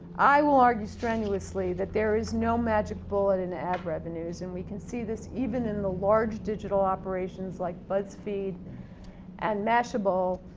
i will argue strenuously that there is no magic bullet and in revenues and we can see this even in the large digital operations like buzzfeed and mashable.